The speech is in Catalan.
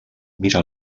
mira